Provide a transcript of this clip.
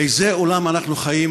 באיזה עולם אנחנו חיים?